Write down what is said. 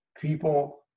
people